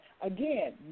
again